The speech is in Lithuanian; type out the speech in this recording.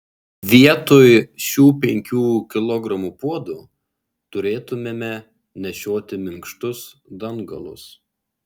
vietoj šių penkių kilogramų puodų turėtumėme nešioti minkštus dangalus